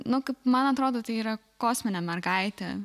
nu kaip man atrodo tai yra kosminė mergaitė